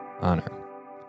honor